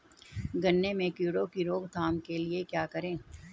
गन्ने में कीड़ों की रोक थाम के लिये क्या करें?